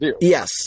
Yes